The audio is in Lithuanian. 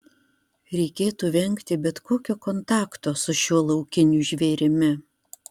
reikėtų vengti bet kokio kontakto su šiuo laukiniu žvėrimi